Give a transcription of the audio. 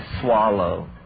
swallow